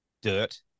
dirt